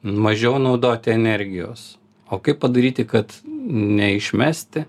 mažiau naudoti energijos o kaip padaryti kad neišmesti